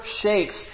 shakes